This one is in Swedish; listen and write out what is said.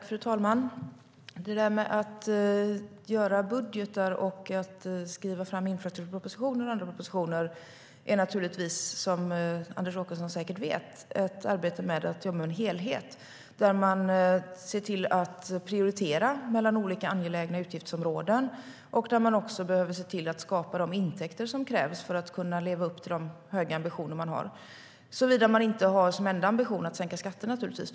Fru talman! Att göra budgetar och skriva fram infrastrukturpropositioner och andra propositioner är naturligtvis, som Anders Åkesson säkert vet, ett arbete med att bedöma en helhet. Det gäller att prioritera mellan olika angelägna utgiftsområden och skapa de intäkter som krävs för att kunna leva upp till de höga ambitioner man har, såvida man inte har som enda ambition att sänka skatter naturligtvis.